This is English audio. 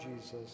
Jesus